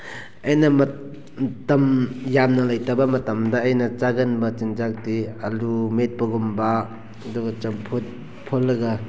ꯑꯩꯅ ꯃꯇꯝ ꯌꯥꯝꯅ ꯂꯩꯇꯕ ꯃꯇꯝꯗ ꯑꯩꯅ ꯆꯥꯒꯟꯕ ꯆꯤꯟꯖꯥꯛꯇꯤ ꯑꯂꯨ ꯃꯦꯠꯄꯒꯨꯝꯕ ꯑꯗꯨꯒ ꯆꯝꯐꯨꯠ ꯐꯨꯠꯂꯒ